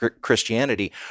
Christianity